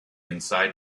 inside